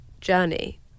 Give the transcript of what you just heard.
journey